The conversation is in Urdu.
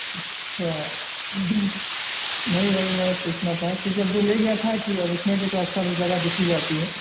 اچھا نہیں بھائی میں پوچھنا تھا کیونکہ اب جو لے گیا تھا کہ اب اس میں کی تو اکثر جگہ دکھ ہی جاتی ہے